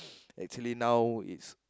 actually now it's